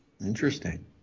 Interesting